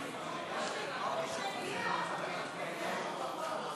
ההצעה להעביר את הצעת חוק זכויות